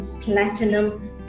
platinum